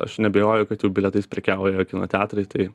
aš neabejoju kad jau bilietais prekiauja kino teatrai tai